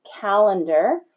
calendar